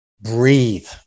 breathe